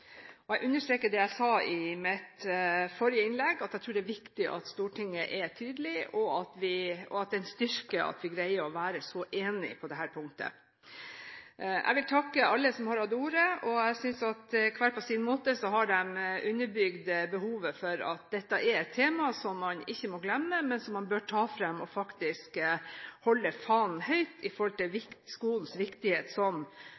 og jeg understreker det jeg sa i mitt forrige innlegg – at jeg tror det er viktig at Stortinget er tydelig, og at det er en styrke at vi greier å være så enig på dette punktet. Jeg vil takke alle som har hatt ordet. Jeg synes at de hver på sin måte har underbygget at dette er et tema som man ikke må glemme, men som man bør ta fram – holde fanen høyt når det gjelder skolens viktighet som